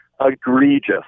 egregious